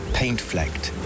paint-flecked